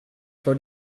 for